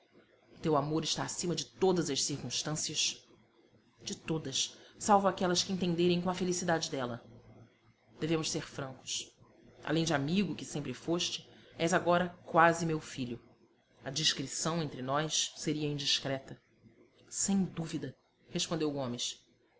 teu amor está acima de todas as circunstâncias de todas salvo aquelas que entenderem com a felicidade dela devemos ser francos além de amigo que sempre foste és agora quase meu filho a discrição entre nós seria indiscreta sem dúvida respondeu gomes